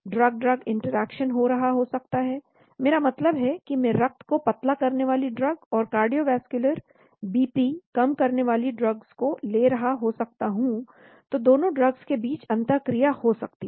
drug drug interaction हो रहा हो सकता है मेरा मतलब है कि मैं रक्त को पतला करने वाली ड्रग और कार्डियोवैस्कुलर बीपी कम करने वाली ड्रगओं को ले रहा हो सकता हूं तो दोनों ड्रग्स के बीच अंतः क्रिया हो सकती है